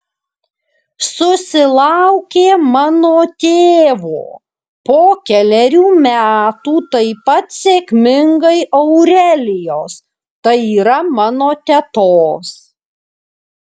susilaukė mano tėvo po kelerių metų taip pat sėkmingai aurelijos tai yra mano tetos